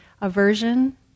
aversion